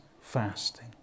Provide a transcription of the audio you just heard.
fasting